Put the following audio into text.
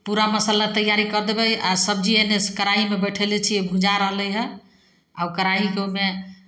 पूरा मसल्ला तैआरी कऽ देबै आओर सबजी एन्नेसे कड़ाहीमे बैठेले छिए भुजा रहलै हँ आओर ओ कड़ाहीके ओहिमे